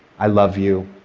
i love you,